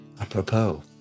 Apropos